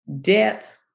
death